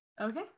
Okay